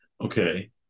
Okay